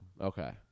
Okay